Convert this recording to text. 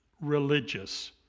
religious